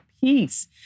peace